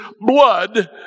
blood